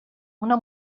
una